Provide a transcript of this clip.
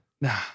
Nah